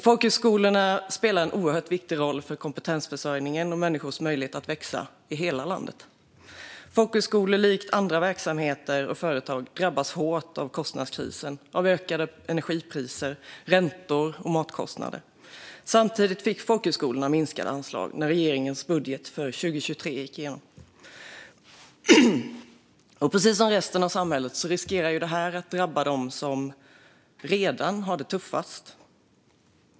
Folkhögskolorna spelar en oerhört viktig roll för kompetensförsörjningen och människors möjlighet att växa i hela landet. Folkhögskolor drabbas likt andra verksamheter och företag hårt av kostnadskrisen - av ökade energipriser, räntor och matkostnader. Samtidigt fick folkhögskolorna minskade anslag när regeringens budget för 2023 gick igenom. Och precis som det är i resten av samhället riskerar detta att drabba dem som redan har det tuffast.